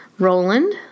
Roland